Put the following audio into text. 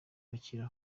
kuri